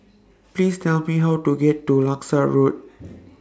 Please Tell Me How to get to Langsat Road